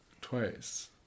twice